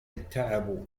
التعب